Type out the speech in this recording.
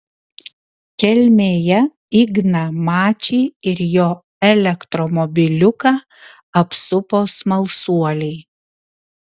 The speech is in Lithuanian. kelmėje igną mačį ir jo elektromobiliuką apsupo smalsuoliai